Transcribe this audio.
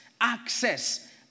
access